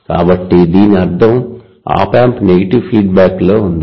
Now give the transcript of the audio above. కాబట్టి దీని అర్థం ఆప్ ఆంప్ నెగటివ్ ఫీడ్బ్యాక్లో ఉంది